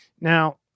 Now